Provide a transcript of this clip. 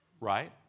Right